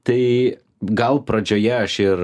tai gal pradžioje aš ir